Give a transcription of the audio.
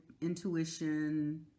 intuition